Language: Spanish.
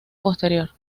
posterior